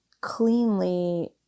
cleanly